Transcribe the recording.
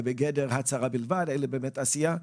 בגדר הצהרה בלבד אלא באמת עשייה.